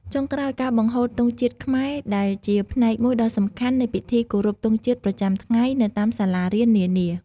ចុងក្រោយ ការបង្ហូតទង់ជាតិខ្មែរ ដែលជាផ្នែកមួយដ៏សំខាន់នៃពិធីគោរពទង់ជាតិប្រចាំថ្ងៃនៅតាមសាលារៀននានា។